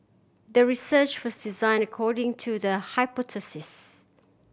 the research was designed according to the hypothesis